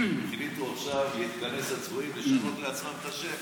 כי הצבועים החליטו עכשיו להתכנס ולשנות לעצמם את השם.